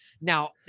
Now